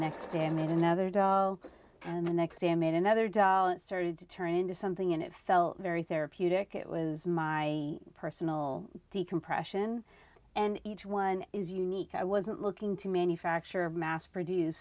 next day i made another dog and the next day i made another doll and started to turn it into something and it felt very therapeutic it was my personal decompression and each one is unique i wasn't looking to manufacture of mass produce